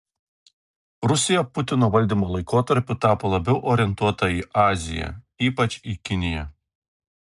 rusija putino valdymo laikotarpiu tapo labiau orientuota į aziją ypač į kiniją